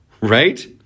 Right